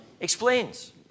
explains